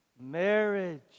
marriage